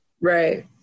Right